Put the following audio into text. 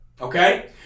Okay